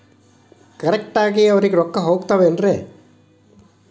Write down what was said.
Correct ಆಗಿ ಅವರಿಗೆ ರೊಕ್ಕ ಹೋಗ್ತಾವೇನ್ರಿ?